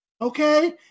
okay